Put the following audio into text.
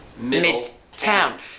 Midtown